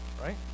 right